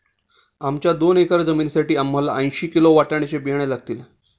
आमच्या दोन एकर जमिनीसाठी आम्हाला ऐंशी किलो वाटाण्याचे बियाणे लागतील